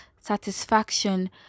satisfaction